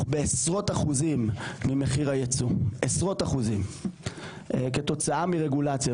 בעשרות אחוזים ממחיר הייצוא כתוצאה מרגולציה,